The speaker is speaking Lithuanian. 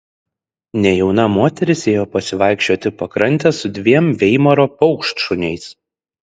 nejauna moteris ėjo pasivaikščioti pakrante su dviem veimaro paukštšuniais